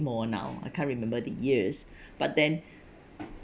more now I can't remember the years but then